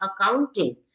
accounting